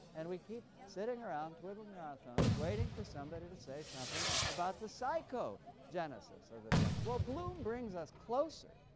and we keep sitting around twiddling our thumbs, waiting for somebody to say something about the psychogenesis of the text. well, bloom brings us closer,